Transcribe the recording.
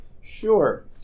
Sure